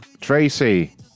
tracy